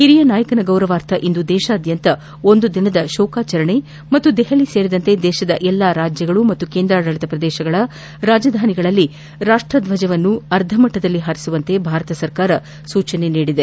ಹಿರಿಯನಾಯಕನ ಗೌರವಾರ್ಥ ಇಂದು ದೇತಾದ್ಯಂತ ಒಂದು ದಿನದ ಶೋಕಾಚರಣೆಗೆ ಮತ್ತು ದೆಹಲಿ ಸೇರಿದಂತೆ ದೇತದ ಎಲ್ಲ ರಾಜ್ಯ ಹಾಗೂ ಕೇಂದ್ರಾಡಳಿತ ಪ್ರದೇಶಗಳ ರಾಜಧಾನಿಗಳಲ್ಲಿ ರಾಷ್ಟರ್ಜಜವನ್ನು ಅರ್ಧಮಟ್ಟದಲ್ಲಿ ಹಾರಿಸುವಂತೆ ಭಾರತ ಸರ್ಕಾರ ಸೂಚನೆ ನೀಡಿದೆ